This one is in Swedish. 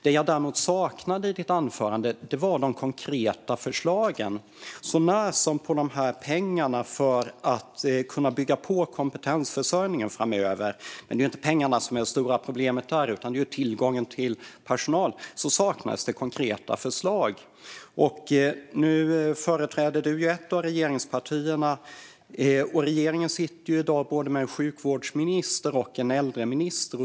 Det jag däremot saknade i ditt anförande var de konkreta förslagen, så när som på förslagen om pengarna för att bygga på kompetensförsörjningen framöver. Det är inte pengarna som är det stora problemet utan tillgången till personal. Där saknades det konkreta förslag. Nu företräder du ju ett av regeringspartierna, och regeringen sitter i dag med både en sjukvårdsminister och en äldreminister.